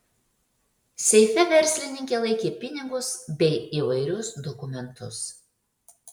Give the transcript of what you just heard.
seife verslininkė laikė pinigus bei įvairius dokumentus